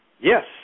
Yes